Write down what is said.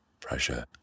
Pressure